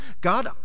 God